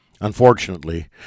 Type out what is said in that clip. Unfortunately